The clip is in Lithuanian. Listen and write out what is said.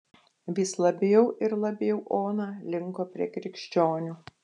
vis labiau ir labiau ona linko prie krikščionių